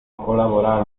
colaborar